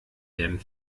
werden